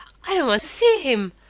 i don't want to see him!